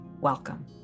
Welcome